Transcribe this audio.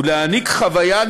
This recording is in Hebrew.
ודשים בעניין הזיהום במפרץ חיפה,